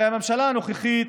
הרי הממשלה הנוכחית